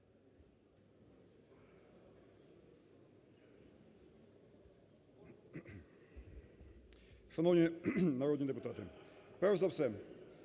Шановні народні депутати, перш за все,